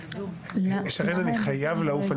שרן, אני חייב לעוף.